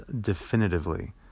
definitively